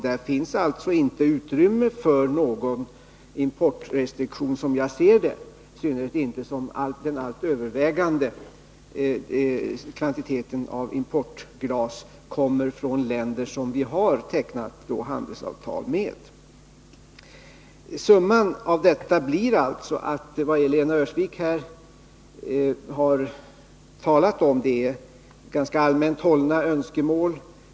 Där finns, som jag ser det, inte utrymme för någon importrestriktion, i synnerhet inte som den allt övervägande kvantiteten av importglas kommer från länder som vi har tecknat handelsavtal med. Summan av detta blir alltså att vad Lena Öhrsvik uppehållit sig vid är ganska allmänt hållna önskemål.